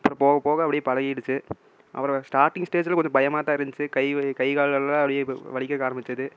அப்புறம் போக போக அப்படியே பழகிடுச்சு அப்புறம் ஸ்டார்டிங் ஸ்டேஜில் கொஞ்சம் பயமாக தான் இருந்துச்சு கை வ கைகால் எல்லாம் அப்படியே வலிக்கிறதுக்கு ஆரம்மிச்சிது